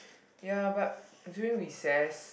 ya but during recess